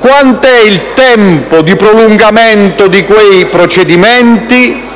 Quant'è il tempo di prolungamento di quei procedimenti?